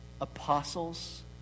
apostles